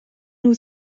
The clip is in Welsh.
nhw